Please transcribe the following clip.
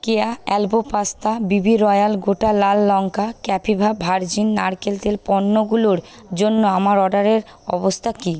কেয়া elbow pasta BB Royal গোটা লাল লঙ্কা কাপিভা ভার্জিন নারকেল তেল পণ্যগুলোর জন্য আমার অর্ডারের অবস্থা কী